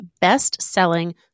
best-selling